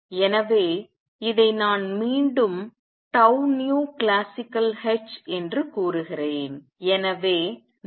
எனவே இதை நான் மீண்டும் classicalh என்று கூறுகிறேன்